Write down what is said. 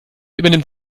übernimmt